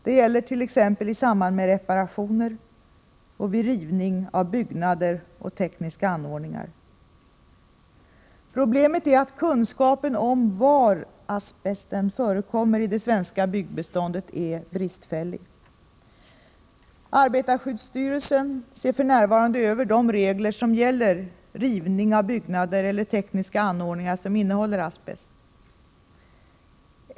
Det gäller t.ex. i samband med reparationer och vid rivning av byggnader och tekniska anordningar. Problemet är att kunskapen om var asbesten förekommer i det svenska byggnadsbeståndet är bristfällig. Arbetarskyddsstyrelsen ser för närvarande över de regler som gäller rivning av byggnader eller tekniska anordningar som innehåller asbest.